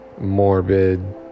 morbid